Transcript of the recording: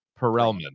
Perelman